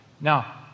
Now